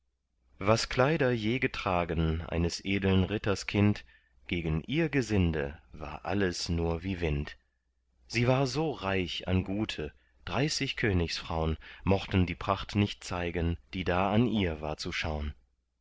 was kleider je getragen eines edeln ritters kind gegen ihr gesinde war alles nur wie wind sie war so reich an gute dreißig königsfraun mochten die pracht nicht zeigen die da an ihr war zu schaun